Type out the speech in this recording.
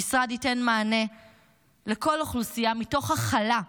המשרד ייתן מענה לכל אוכלוסייה מתוך הכלה,